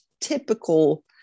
typical